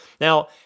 Now